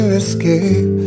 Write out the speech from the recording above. escape